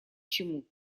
чему